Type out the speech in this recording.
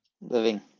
Living